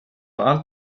allt